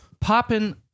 popping